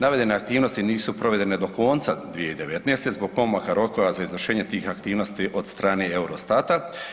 Navedene aktivnosti nisu provedene do konca 2019. zbog pomaka rokova za izvršenje tih aktivnosti od strane Eurostata.